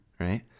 right